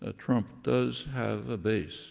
ah trump does have a base